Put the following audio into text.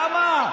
למה?